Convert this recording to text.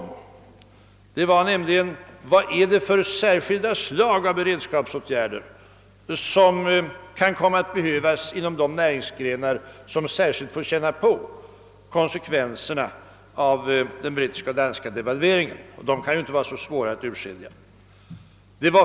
För det första frågade jag: Vad är det för slag av beredskapsåtgärder som kan komma att behövas inom de näringsgrenar som särskilt får känna på konsekvenserna av de brittiska och danska devalveringarna? De kan inte vara så svåra att urskilja.